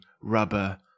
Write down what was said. rubber